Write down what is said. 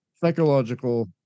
psychological